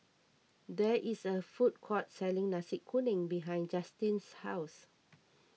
there is a food court selling Nasi Kuning behind Justine's house